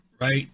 Right